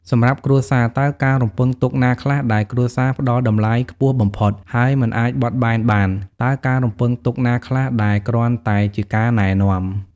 សម្រាប់គ្រួសារ តើការរំពឹងទុកណាខ្លះដែលគ្រួសារផ្ដល់តម្លៃខ្ពស់បំផុត ហើយមិនអាចបត់បែនបាន? តើការរំពឹងទុកណាខ្លះដែលគ្រាន់តែជាការណែនាំ?